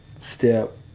Step